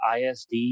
ISD